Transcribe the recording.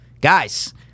guys